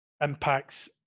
impacts